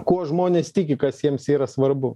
kuo žmonės tiki kas jiems yra svarbu